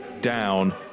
down